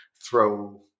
throw